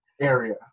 area